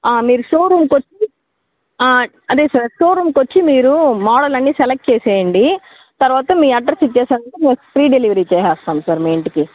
ఆ మీరు షోరూంకి వచ్చి అదే సార్ షోరూంకి వచ్చి మీరు మోడల్ అన్ని సెలెక్ట్ చేసెయ్యండి తర్వాత మీ అడ్రస్ ఇచ్చారంటే మేము ఫ్రీ డెలివరీ చేస్తాము సార్ మీ ఇంటికి